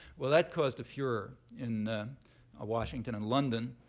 well, that caused a furor in ah washington and london.